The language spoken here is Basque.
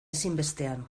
ezinbestean